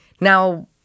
now